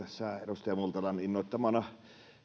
edustaja multalan innoittamana hän